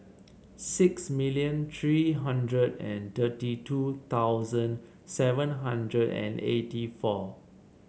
six million three hundred and thirty two thousand seven hundred and eighty four